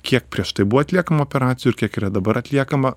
kiek prieš tai buvo atliekamų operacijų ir kiek dabar atliekama